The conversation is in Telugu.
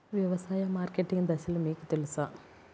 వ్యవసాయ మార్కెటింగ్ దశలు మీకు తెలుసా?